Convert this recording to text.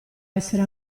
essere